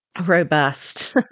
robust